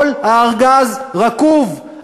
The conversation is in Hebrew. כל הארגז רקוב.